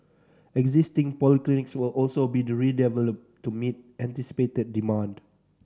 existing polyclinics will also be redeveloped to meet anticipated demand